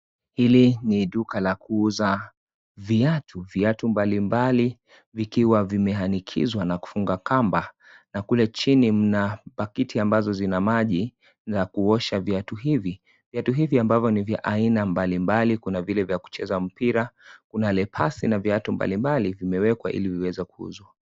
Ili ni duka la kuuza viatu. Viatu mbalimbali vikiwa vimehanikizwa na kufunga kamba. Na kule chini mna pakiti ambazo zina maji za kuuosha viatu hivi. Viatu hivi ambavyo ni vya aina mbalimbali, kuna vile vya kucheza mpira, Kuna (CS)lepase(CS) na viatu mbalimbali vimewekwa ili iweeze kuuzwa.